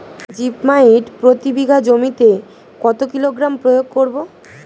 Zip মাইট প্রতি বিঘা জমিতে কত কিলোগ্রাম প্রয়োগ করব?